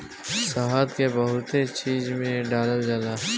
शहद के बहुते चीज में डालल जाला